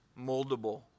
moldable